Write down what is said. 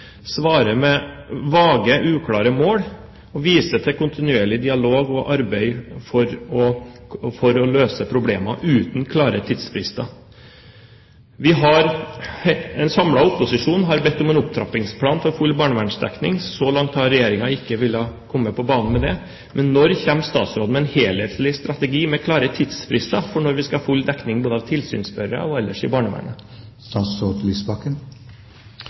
med vage, uklare mål, og viser til kontinuerlig dialog og arbeid for å løse problemene uten klare tidsfrister. En samlet opposisjon har bedt om en opptrappingsplan for full barnevernsdekning. Så langt har ikke Regjeringen villet komme på banen med det. Når kommer statsråden med en helhetlig strategi med klare tidsfrister for når vi skal ha full dekning både når det gjelder tilsynsførere og ellers i barnevernet?